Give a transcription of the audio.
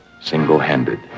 Single-handed